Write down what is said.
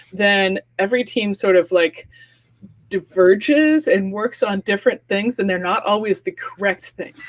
then every team sort of like diverges, and works on different things, and they're not always the correct thing.